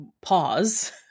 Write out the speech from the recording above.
pause